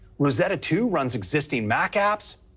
rosetta two runs existing mac apps,